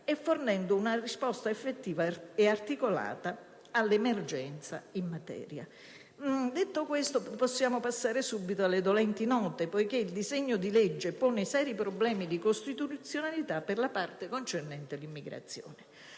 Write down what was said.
e fornendo una risposta effettiva e articolata all'emergenza in materia. Detto questo, possiamo passare subito alle dolenti note, poiché il disegno di legge pone seri problemi di costituzionalità per la parte concernente l'immigrazione.